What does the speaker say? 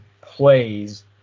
plays